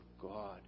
God